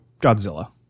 Godzilla